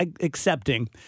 accepting